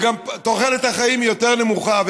וגם תוחלת החיים היא יותר נמוכה.